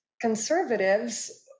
Conservatives